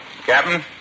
Captain